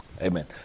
Amen